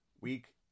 week